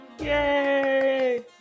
Yay